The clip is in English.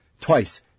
twice